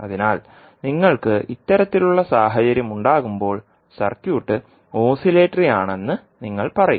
അതിനാൽ നിങ്ങൾക്ക് ഇത്തരത്തിലുള്ള സാഹചര്യം ഉണ്ടാകുമ്പോൾ സർക്യൂട്ട് ഓസിലേറ്ററി ആണെന്ന് നിങ്ങൾ പറയും